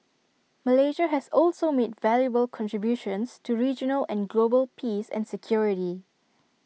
Malaysia has also made valuable contributions to regional and global peace and security